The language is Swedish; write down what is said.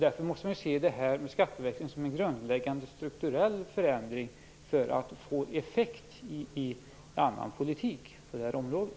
Man måste därför se skatteväxlingen som en grundläggande strukturell förändring för att få effekt i politiken på området.